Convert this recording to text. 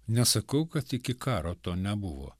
nesakau kad iki karo to nebuvo